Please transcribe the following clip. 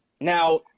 Now